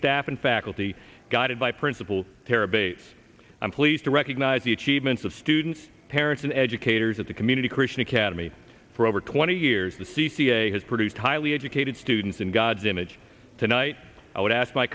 staff and faculty guided by principal tara bates i'm pleased to recognize the achievements of students parents and educators at the community christian academy for over twenty years the c c a has produced highly educated students in god's image tonight i would ask my